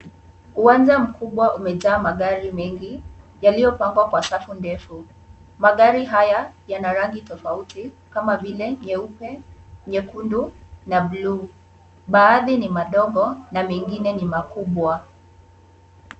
Uwanja mkubwa umejaa magari mengi, yaliyopangwa kwa safu ndefu. Magari haya yana rangi tofauti, kama vile nyeupe, nyekundu na bluu. Baadhi ni madogo na mengine ni makubwa.